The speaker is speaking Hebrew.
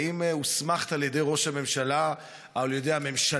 האם הוסמכת על ידי ראש הממשלה, על ידי הממשלה,